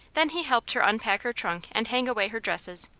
then he helped her unpack her trunk and hang away her dresses,